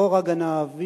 חורא גנב,